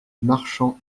marchands